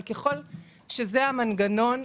אבל ככל שזה המנגנון,